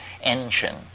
engine